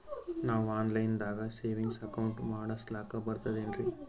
ನಾವು online ದಾಗ savings account ಮಾಡಸ್ಲಾಕ ಬರ್ತದೇನ್ರಿ?